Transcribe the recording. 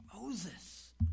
Moses